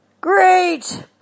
Great